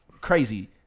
crazy